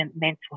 mental